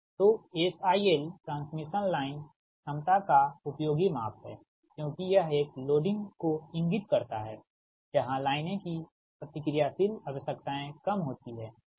तो SIL transmission line क्षमता का उपयोगी माप है क्योंकि यह एक लोडिंग को इंगित करता है जहां लाइनें की प्रतिक्रियाशील आवश्यकताएं कम होती हैंठीक